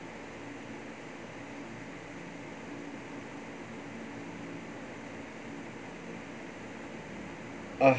!ugh!